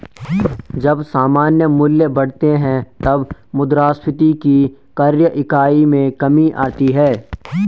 जब सामान्य मूल्य बढ़ते हैं, तब मुद्रास्फीति की क्रय इकाई में कमी आती है